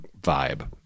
vibe